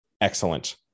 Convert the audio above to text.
excellent